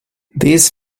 this